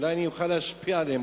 אולי אוכל להשפיע עליהם.